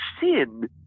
sin